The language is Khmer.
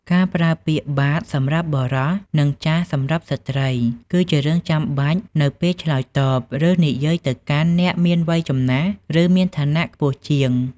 ការប្រើពាក្យ បាទ សម្រាប់បុរស និង ចាស៎ សម្រាប់ស្ត្រី គឺជារឿងចាំបាច់នៅពេលឆ្លើយតប ឬនិយាយទៅកាន់អ្នកមានវ័យចំណាស់ ឬមានឋានៈខ្ពស់ជាង។